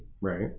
right